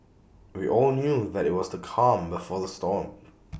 we all knew that IT was the calm before the storm